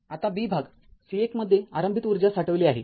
आता b भाग C१ मध्ये आरंभिक ऊर्जा साठविली आहे